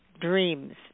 Dreams